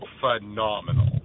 phenomenal